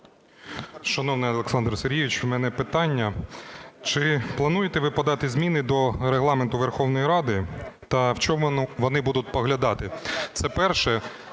Шановний Олександр Сергійович, у мене питання. Чи плануєте ви подати зміни до Регламенту Верховної Ради та в чому вони будуть полягати? Це перше.